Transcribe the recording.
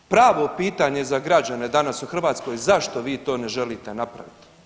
Pravo je pitanje za građane danas u Hrvatskoj zašto vi to ne želite napraviti?